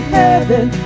heaven